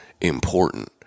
important